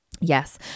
Yes